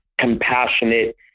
compassionate